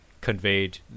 conveyed